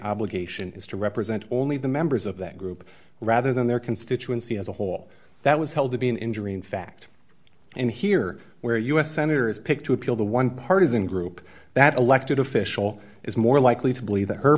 obligation is to represent only the members of that group rather than their constituency as a whole that was held to be an injury in fact and here where u s senator is picked to appeal the one partisan group that elected official is more likely to believe that her